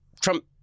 Trump